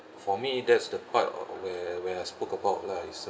for me that's the part where where I spoke about lah is